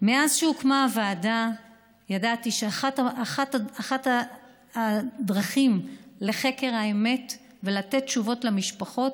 מאז שהוקמה הוועדה ידעתי שאחת הדרכים לחקר האמת ולמתן תשובות למשפחות